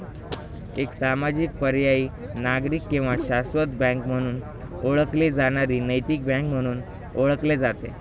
एक सामाजिक पर्यायी नागरिक किंवा शाश्वत बँक म्हणून ओळखली जाणारी नैतिक बँक म्हणून ओळखले जाते